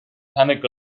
panic